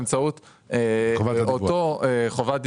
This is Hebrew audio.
באמצעות אותה חובת דיווח,